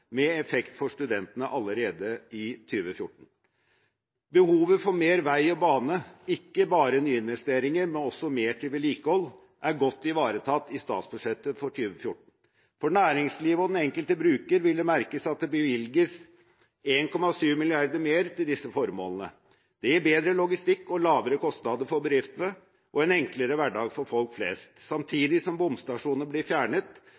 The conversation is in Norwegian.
med effekt for studentene allerede i 2014. Behovet for mer vei og bane – ikke bare nyinvesteringer, men også mer til vedlikehold – er godt ivaretatt i statsbudsjettet for 2014. For næringslivet og den enkelte bruker vil det merkes at det bevilges 1,7 mrd. kr mer til disse formålene. Det gir bedre logistikk og lavere kostnader for bedriftene og en enklere hverdag for folk flest. Samtidig som bomstasjoner blir fjernet,